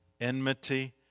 enmity